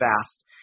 fast